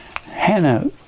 Hannah